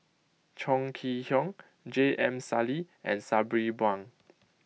Chong Kee Hiong J M Sali and Sabri Buang